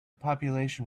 population